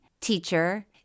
teacher